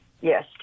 Yes